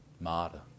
mada